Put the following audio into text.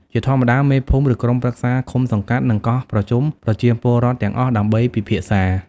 ជាធម្មតា មេភូមិ ឬក្រុមប្រឹក្សាឃុំសង្កាត់ នឹងកោះប្រជុំប្រជាពលរដ្ឋទាំងអស់ដើម្បីពិភាក្សា។